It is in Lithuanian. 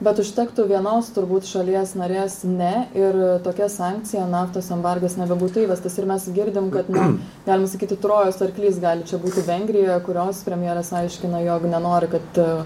bet užtektų vienos turbūt šalies narės ne ir tokia sankcija naftos embargas nebebūtų įvestas ir mes girdim kad na galim sakyti trojos arklys gali čia būti vengrija kurios premjeras aiškina jog nenori kad